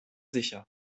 sicher